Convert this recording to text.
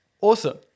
Awesome